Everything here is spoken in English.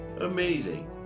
amazing